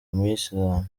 umuyisilamu